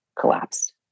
collapsed